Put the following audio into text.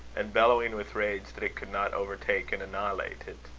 and bellowing with rage that it could not overtake and annihilate it.